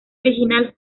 original